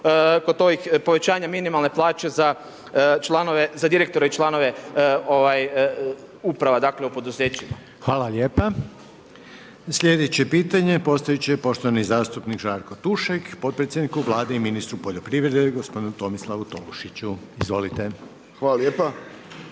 kod ovih povećanja minimalne plaće za članove, za direktore i članove uprava, dakle u poduzećima. **Reiner, Željko (HDZ)** Hvala lijepa. Sljedeće pitanje postaviti će poštovani zastupnik Žarko Tušek, potpredsjedniku Vlade i ministru poljoprivrede gospodinu Tomislavu Tolušiću. Izvolite. **Tušek,